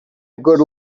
good